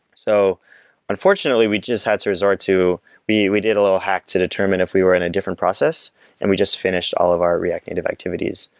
so unfortunately, we just had to resort to we we did a little hack to determine if we were in a different process and we just finished all of our react native activities.